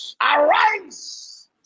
Arise